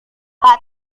pak